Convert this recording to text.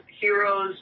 heroes